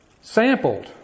sampled